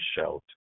shout